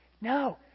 no